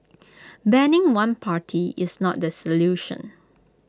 banning one party is not the solution